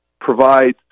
provide